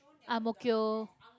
ang-mo-kio